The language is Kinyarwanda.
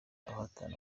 abahatana